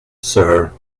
sir